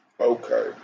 Okay